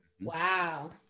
wow